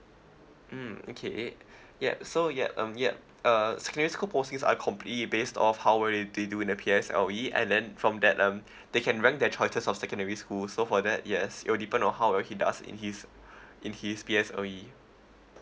mm okay yup so yup um yup uh secondary school postings are completely based of how well did they do in the P_S_L_E and then from that um they can rank their choices of secondary school so for that yes it will depend on how actually does in his in his P_S_L_E